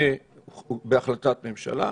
בהחלטת ממשלה.